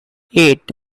eight